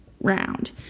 round